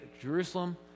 Jerusalem